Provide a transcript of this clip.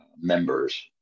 members